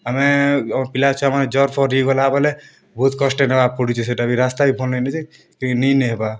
ଆମେ ଆମ ପିଲା ଛୁଆମନେ ଜର୍ ଫର୍ ହେଇଗଲା ବୋଲେ ବହୁତ୍ କଷ୍ଟେ ନେବାକେ ପଡ଼ୁଚେ ସେଟା ବି ରାସ୍ତା ବି ଭଲ୍ ନେଇଁନ ଯେ କିନ ନେଇ ନେ ହେବା